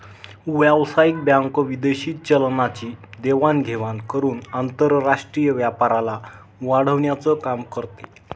व्यावसायिक बँक विदेशी चलनाची देवाण घेवाण करून आंतरराष्ट्रीय व्यापाराला वाढवण्याचं काम करते